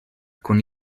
con